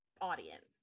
audience